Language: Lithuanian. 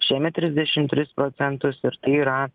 šiemet trisdešim tris procentus ir tai yra